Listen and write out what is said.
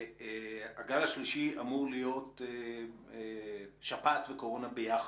הגל השלישי אמור להיות שפעת וקורונה ביחד.